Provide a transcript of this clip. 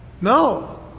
No